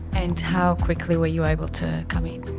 and how quickly were you able to come in?